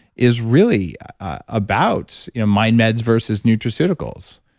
is really about you know mind meds versus nutraceuticals.